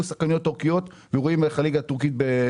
שחקניות תורכיות ורואים איך הליגה צמחה יפה,